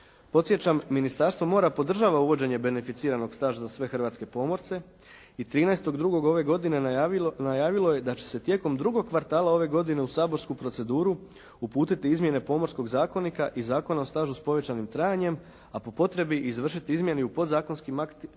Podsjećam Ministarstvo mora podržava uvođenje beneficiranog staža za sve hrvatske pomorce i 13. 2. ove godine najavilo je da će se tijekom drugog kvartala ove godine u saborsku proceduru uputiti izmijene Pomorskog zakonika i Zakona o stažu sa povećanim trajanjem a po potrebi izvršiti izmijene i u podzakonskim propisima